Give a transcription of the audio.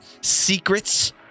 secrets